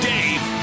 Dave